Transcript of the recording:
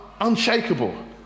unshakable